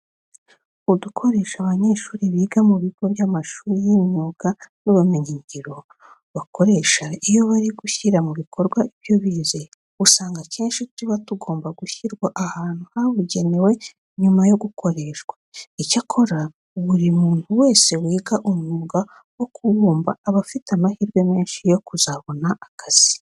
Udukoresho abanyeshuri biga mu bigo by'amashuri y'imyuga n'ubumenyingiro bakoresha iyo bari gushyira mu bikorwa ibyo bize, usanga akenshi tuba tugomba gushyirwa ahantu habugenewe nyuma yo gukoreshwa. Icyakora buri muntu wese wiga umwuga wo kubumba aba afite amahirwe menshi yo kuzabona akazi.